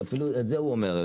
ואפילו את זה הוא אומר,